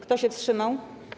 Kto się wstrzymał?